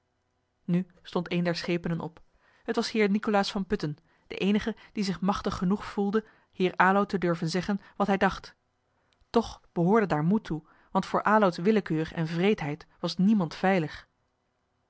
nu stond een der schepenen op t was heer nicolaas van putten de eenige die zich machtig genoeg voelde heer aloud te durven zeggen wat hij dacht toch behoorde daar moed toe want voor alouds willekeur en wreedheid was niemand veilig